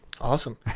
Awesome